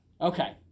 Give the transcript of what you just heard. Okay